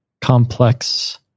complex